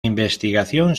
investigación